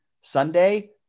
Sunday